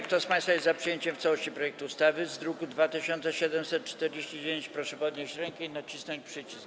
Kto z państwa jest za przyjęciem w całości projektu ustawy z druku nr 2749, proszę podnieść rękę i nacisnąć przycisk.